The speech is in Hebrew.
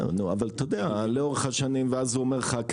יודע אבל לאורך השנים אז הוא אומר לך,